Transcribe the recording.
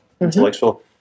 intellectual